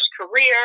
career